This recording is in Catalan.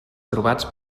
trobats